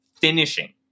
finishing